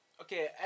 Okay